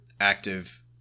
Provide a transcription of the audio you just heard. active